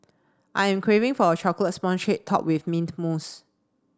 I am craving for a chocolate sponge cake topped with mint mousse